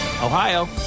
Ohio